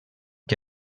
que